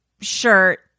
shirt